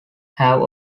have